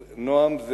נועם,